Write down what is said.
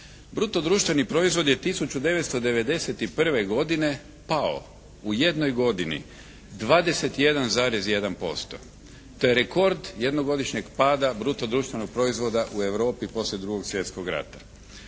Bruto društveni proizvod je 1991. godine pao u jednoj godini 21,1%. To je rekord jednogodišnjeg pada bruto društvenog proizvoda u Europi poslije 2. svjetskog rata.